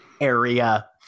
area